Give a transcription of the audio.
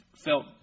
felt